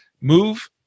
move